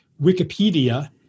Wikipedia